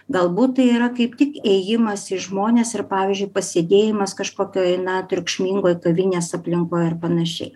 galbūt tai yra kaip tik ėjimas į žmones ir pavyzdžiui pasėdėjimas kažkokioj na triukšmingoj kavinės aplinkoj ar panašiai